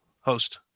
host